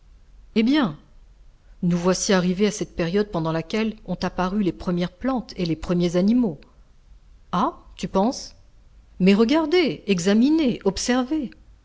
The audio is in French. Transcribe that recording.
eh bien nous voici arrivés à cette période pendant laquelle ont apparu les premières plantes et les premiers animaux ah tu penses mais regardez examinez observez